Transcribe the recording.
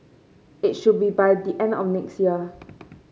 it should be by the end of next year